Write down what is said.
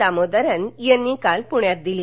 दामोदरन यांनी काल पूण्यात दिली